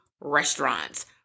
restaurants